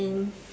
and